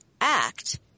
act